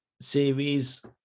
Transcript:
series